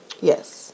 Yes